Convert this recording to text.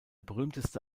berühmteste